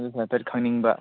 ꯑꯗꯨꯁꯨ ꯍꯥꯏꯐꯦꯠ ꯈꯪꯅꯤꯡꯕ